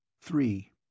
Three